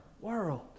world